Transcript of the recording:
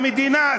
המדינה,